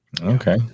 Okay